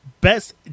best